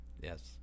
Yes